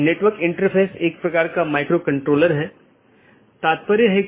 जैसा कि हमने देखा कि रीचैबिलिटी informations मुख्य रूप से रूटिंग जानकारी है